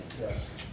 Yes